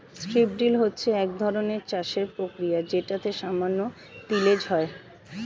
strip drill হচ্ছে একধরনের চাষের প্রক্রিয়া যেটাতে সামান্য তিলেজ হয়